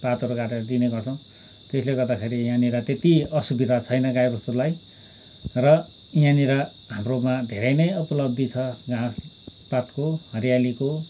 पातहरू काटेर दिने गर्छौँ त्यसले गर्दाखेरि यहाँनिर त्यति असुविधा छैन गाई बस्तुलाई र यहाँनिर हाम्रोमा धेरै नै उपलब्धि छ घाँसपातको हरियालीको